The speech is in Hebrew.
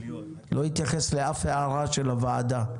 לא התייחס לאף הערה של הוועדה,